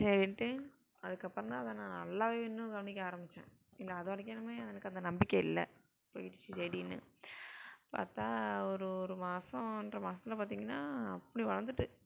சரின்ட்டு அதுக்கப்புறம் தான் அதை நார் நல்லா இன்னும் கவனிக்க ஆரம்மிச்சேன் அதுவரைக்கும் எனக்கு அந்த நம்பிக்கை இல்லை போய்டுச்சி செடின்னு பார்த்தா ஒரு ஒரு மாசம் ஒன்றை மாதத்துல பார்த்தீங்கன்னா அப்படி வளர்ந்துட்டு